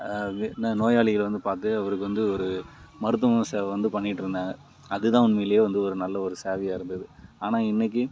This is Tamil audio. நோயாளிகளை வந்து பார்த்து அவருக்கு வந்து ஒரு மருத்துவம் சேவை வந்து பண்ணிகிட்டு இருந்தாங்க அதுதான் உண்மையிலேயே வந்து ஒரு நல்ல ஒரு சேவையாக இருந்தது ஆனால் இன்னிக்கி